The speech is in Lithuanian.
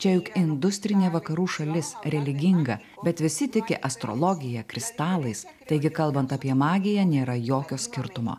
čia juk industrinė vakarų šalis religinga bet visi tiki astrologija kristalais taigi kalbant apie magiją nėra jokio skirtumo